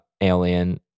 alien